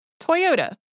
Toyota